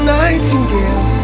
nightingale